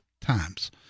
times